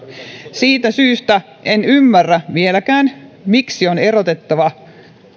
siitä syystä en ymmärrä vieläkään miksi on erotettava